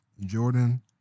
Jordan